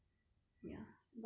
but grab is so expensive